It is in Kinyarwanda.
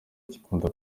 kikunda